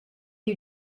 you